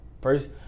First